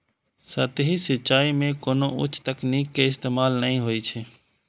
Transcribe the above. सतही सिंचाइ मे कोनो उच्च तकनीक के इस्तेमाल नै होइ छै